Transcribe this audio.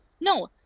no